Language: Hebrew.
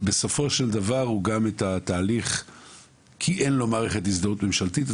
כי אין לו מערכת הזדהות ממשלתית,